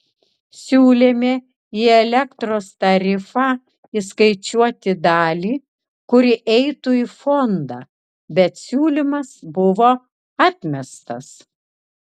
siūlėme į elektros tarifą įskaičiuoti dalį kuri eitų į fondą bet siūlymas buvo atmestas